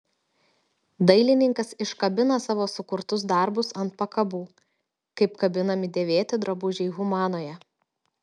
dailininkas iškabina savo sukurtus darbus ant pakabų kaip kabinami dėvėti drabužiai humanoje